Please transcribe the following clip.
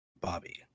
Bobby